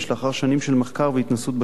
לאחר שנים של מחקר והתנסות בשטח,